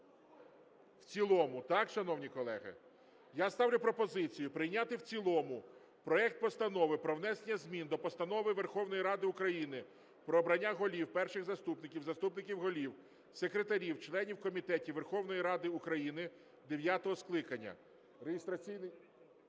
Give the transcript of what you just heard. в цілому. Так, шановні колеги? Я ставлю пропозицію прийняти в цілому проект Постанови про внесення змін до Постанови Верховної Ради України "Про обрання голів, перших заступників, заступників голів, секретарів, членів комітетів Верховної Ради України дев'ятого скликання",